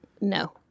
no